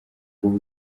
ubu